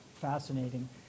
fascinating